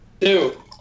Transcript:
two